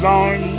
on